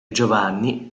giovanni